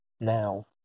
now